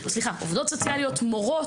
סליחה עובדות סוציאליות מורות,